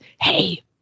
hey